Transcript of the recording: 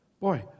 Boy